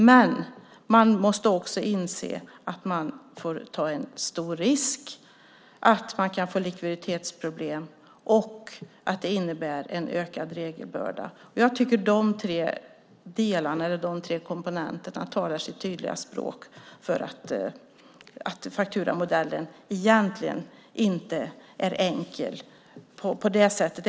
Men man måste också inse att man får ta en stor risk, att man kan få likviditetsproblem och att detta innebär en ökad regelbörda. Jag tycker att de tre komponenterna talar sitt tydliga språk för att fakturamodellen egentligen inte är enkel på det sättet.